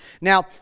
Now